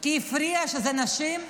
כי הפריע שזה נשים?